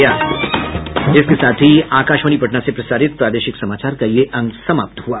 इसके साथ ही आकाशवाणी पटना से प्रसारित प्रादेशिक समाचार का ये अंक समाप्त हुआ